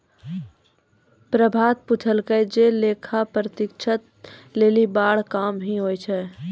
प्रभात पुछलकै जे लेखा परीक्षक लेली बड़ा काम कि होय छै?